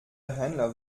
händler